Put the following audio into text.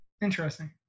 interesting